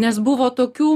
nes buvo tokių